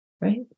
right